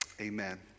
amen